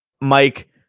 Mike